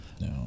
No